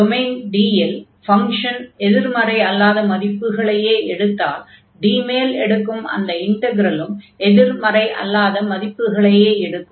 domain D இல் function எதிர்மறை அல்லாத மதிப்புகளையே எடுத்தால் D மேல் எடுக்கும் அந்த இன்டக்ரலும் எதிர்மறை அல்லாத மதிப்புகளையே எடுக்கும்